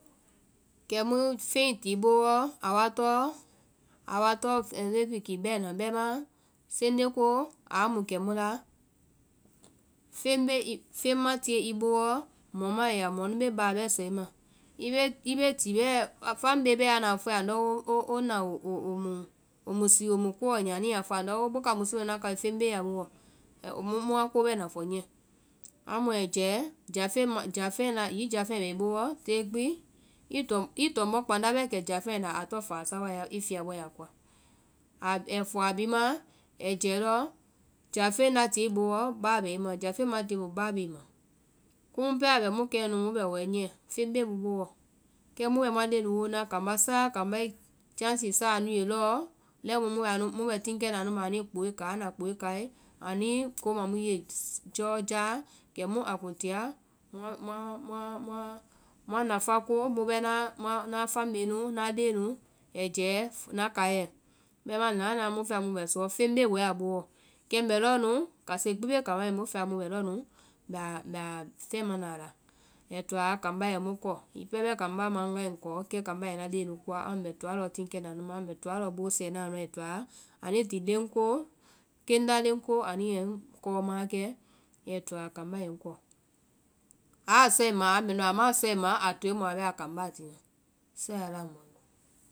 Kɛmu feŋi ti i boowɔ a wa tɔŋ living kii bɛna. Bɛmaã senje koo aa mu kɛmu laa, feŋ ma tie i boo wɔ mɔ maã i ye mɔ nu bee báa bɛɛ sɔ i ma, i bee ti bɛɛ, family bɛɛ anda a fɔe andɔ wo na womu sii womu koɔ nyia, ani ya fɔa andɔ wo booka musu mɛnua kaí feŋ bee a boowɔ muã ko bɛna fɔ nyiɛ. Amu ai jɛɛ, hiŋi jáfeŋɛ bɛ i boo wɔ tée gbi i tɔmbɔ kpanda bɛɛ kȧ jáfeŋɛ la a tɔŋ fása wa i fyabɔɛ la kɔa. Ai fɔɔ a bhii maã. ai jɛɛ lɔ jáfeŋ a tie i boo wɔ báa bɛ i ma, jáfeŋ ma tie a boo wɔ báa bee i ma. Kumu pɛɛ a bɛ mu kɛɛ nu mu bɛ wɛɛ nyiɛ, feŋ bee mu boowɔ, kɛ mu bɛ muã leŋɛ nu woo na, kambá sáa kambá i kiyasi sáa anu ye lɔɔ, lɛi mu mu bɛ teŋkɛna anu ma anuĩ kpooe káa, anda kpooe káae. anii ko ma mu ye jɔ jáa kɛmu a kuŋ tia muã nafá ko, mu bɛ ŋna family nu, ŋna leŋɛ nu ɛjɛɛ ŋna kaiɛ. Bɛmaã naãnaã mu fɛa mu bɛ suɔ feŋ bee wɛɛ a boowɔ, kɛ ŋ bɛ lɔɔ nu kase gbi be kambá mai, mu fɛa mu bɛ lɔɔ nu, bɛ a fɛma na a la, ai toa kambá ai mu kɔ, hiŋi pɛɛ bɛɛ kambá ma ŋgae kɔ kɛ kambá i ŋna leŋɛ nu kɔa, mbɛ tonaã lɔɔ tiŋ kɛna anu ma, mbɛ toa lɔɔ boo sɛɛ na anu la ai toa ani ti leŋ koo keŋ la leŋ ko ani ye ŋkɔɔ maãkɛ, ai toa kambá yɛ ŋkɔ. Aa sɔe ŋma aa mɛnu. ama a sɔe ŋma a toe bɛ a bɛ aa kambá tɛ, sɛiala mɔhamadi.